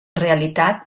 realitat